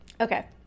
Okay